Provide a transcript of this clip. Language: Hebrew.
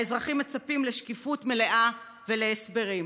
האזרחים מצפים לשקיפות מלאה ולהסברים.